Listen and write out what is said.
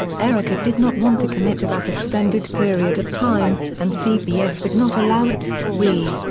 erika did not want to commit to that extended period of time, and cbs would not allow it we,